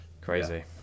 crazy